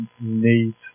need